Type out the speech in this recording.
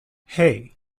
hey